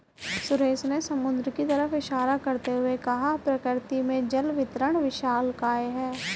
सुरेश ने समुद्र की तरफ इशारा करते हुए कहा प्रकृति में जल वितरण विशालकाय है